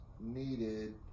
needed